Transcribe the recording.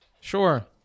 Sure